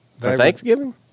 thanksgiving